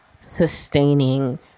sustaining